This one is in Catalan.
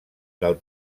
del